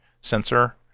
sensor